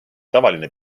tavaline